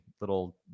little